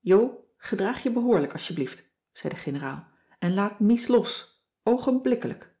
jo gedraag je behoorlijk alsjeblieft zei de generaal en laat mies los oogenblikkelijk